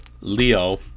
Leo